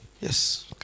Yes